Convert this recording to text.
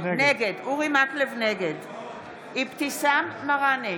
נגד אבתיסאם מראענה,